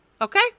okay